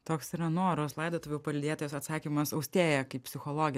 toks yra noros laidotuvių palydėtojos atsakymas austėja kaip psichologė